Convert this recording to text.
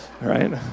right